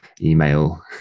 email